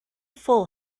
full